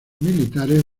militares